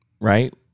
right